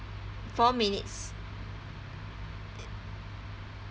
four minutes